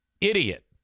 Idiot